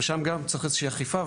ושם גם צריך איזו אכיפה.